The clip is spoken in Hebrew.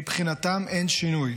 מבחינתם אין שינוי,